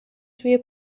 توی